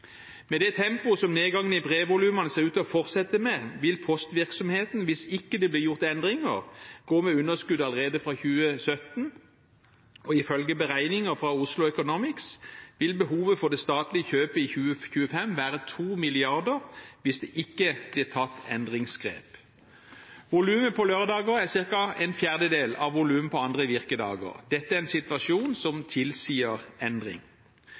Med det tempo som nedgangen i brevvolumet ser ut til å fortsette med, vil postvirksomheten, hvis det ikke blir gjort endringer, gå med underskudd allerede fra 2017, og ifølge beregninger fra Oslo Economics vil behovet for det statlige kjøpet i 2025 være 2 mrd. kr hvis det ikke blir tatt endringsgrep. Volumet på lørdager er ca. en fjerdedel av volumet på andre virkedager. Dette er en situasjon som tilsier endring.